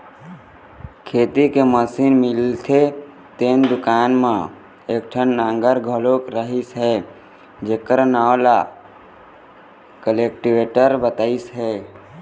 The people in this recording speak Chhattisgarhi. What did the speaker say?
खेती के मसीन मिलथे तेन दुकान म एकठन नांगर घलोक रहिस हे जेखर नांव ल कल्टीवेटर बतइस हे